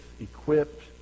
equipped